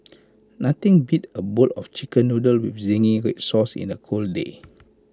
nothing beats A bowl of Chicken Noodles with Zingy Red Sauce in A cold day